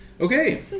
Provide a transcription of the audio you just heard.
Okay